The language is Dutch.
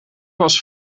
was